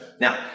Now